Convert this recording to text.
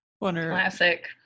Classic